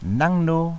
Nangno